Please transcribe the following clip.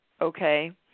okay